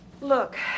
Look